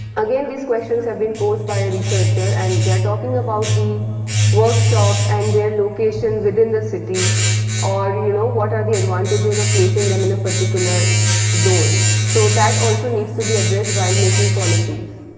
again this questions has been posed by a researcher and they are talking about the workshops and their location within the city or you know what are the advantages of placing them in a particular zone so that also needs to be addressed while making policies.